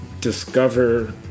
discover